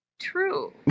True